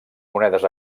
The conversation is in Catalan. monedes